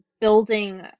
building